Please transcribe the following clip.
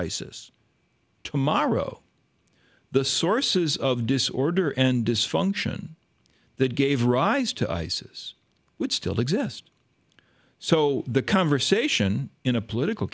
isis tomorrow the sources of disorder and dysfunction that gave rise to isis would still exist so the conversation in a political